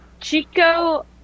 Chico